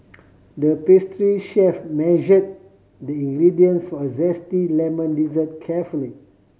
the pastry chef measure the ingredients for a zesty lemon dessert carefully